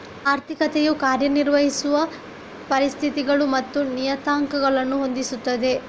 ಆರ್ಥಿಕತೆಯು ಕಾರ್ಯ ನಿರ್ವಹಿಸುವ ಪರಿಸ್ಥಿತಿಗಳು ಮತ್ತು ನಿಯತಾಂಕಗಳನ್ನು ಹೊಂದಿಸುತ್ತದೆ